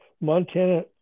Montana